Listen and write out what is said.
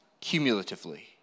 cumulatively